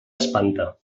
espanta